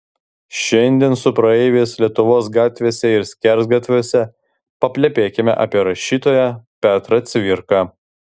šiandien su praeiviais lietuvos gatvėse ir skersgatviuose paplepėkime apie rašytoją petrą cvirką